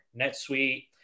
NetSuite